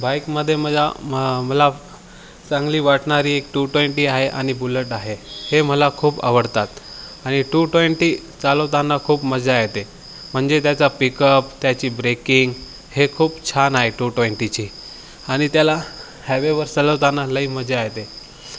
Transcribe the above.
बाईकमध्ये मला म मला चांगली वाटणारी एक टू ट्वेंटी आहे आणि बुलट आहे हे मला खूप आवडतात आणि टू ट्वेंटी चालवताना खूप मजा येते म्हणजे त्याचा पिकअप त्याची ब्रेकिंग हे खूप छान आहे टू ट्वेंटीची आणि त्याला हॅवेवर चालवताना लई मजा येते